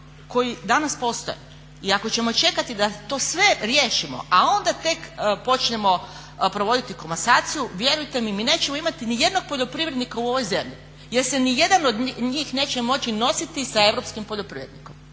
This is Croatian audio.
koji danas postoje i ako ćemo čekati da se to sve riješimo, a onda tek počnemo provoditi komasaciju vjerujte mi nećemo imati nijednog poljoprivrednika u ovoj zemlji jer se nijedan od njih neće moći nositi sa europskim poljoprivrednikom